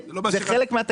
זה חלק מהתקציב.